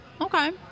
Okay